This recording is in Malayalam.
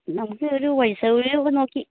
നമുക്ക് ഒരു വഴി സൗകര്യമൊക്കെ നോക്കി